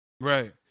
right